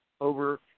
over